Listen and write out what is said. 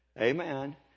Amen